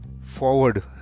forward